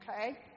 okay